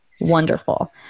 Wonderful